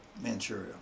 Manchuria